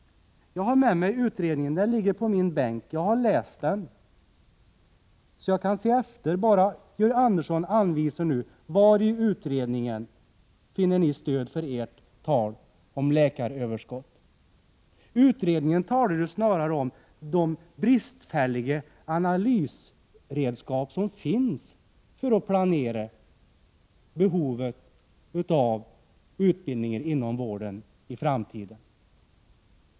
Jag har med mig utredningen — den ligger i min bänk. Jag har läst den, så jag kan se efter, bara Georg Andersson anvisar var i utredningen ni finner stöd för ert tal om läkaröverskott. Utredningen talar snarare om de bristfälliga analysredskap som finns för att bedöma behovet och planera utbildningen för framtiden.